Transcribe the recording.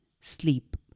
sleep